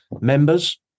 members